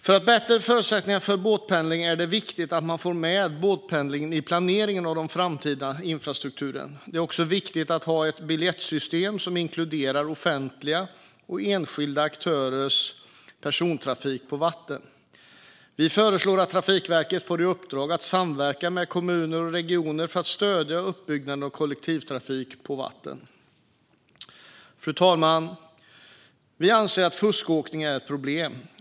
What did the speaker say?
För att förbättra förutsättningarna för båtpendling är det viktigt att man får med båtpendlingen i planeringen av den framtida infrastrukturen. Det är också viktigt att ha ett biljettsystem som inkluderar offentliga och enskilda aktörers persontrafik på vatten. Vi föreslår att Trafikverket får i uppdrag att samverka med kommuner och regioner för att stödja utbyggnaden av kollektivtrafik på vatten. Fru talman! Vi anser att fuskåkning är ett problem.